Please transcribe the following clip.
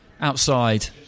outside